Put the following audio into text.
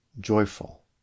joyful